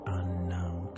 unknown